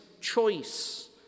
choice